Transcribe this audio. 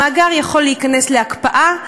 המאגר יכול להיכנס להקפאה,